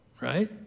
right